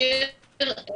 אני אסביר.